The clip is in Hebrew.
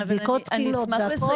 של בדיקות תקינות והכול?